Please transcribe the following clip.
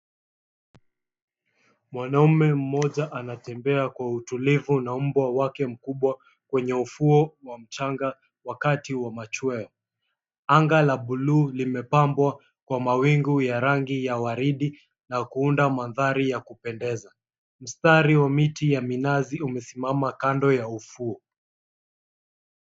Mwanaume mmoja anatembea kwa utulivu na mbwa wake mkubwa kwenye ufuo wa mchanga wakati wa machweo. Anga la buluu limepambwa kwa mawingu ya rangi ya waridi na kuunda mandhari ya kupendeza. Mstari wa miti ya minazi umesimama kando ya ufuo.